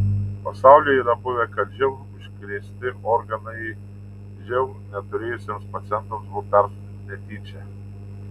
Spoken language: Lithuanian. pasaulyje yra buvę kad živ užkrėsti organai živ neturėjusiems pacientams buvo persodinti netyčia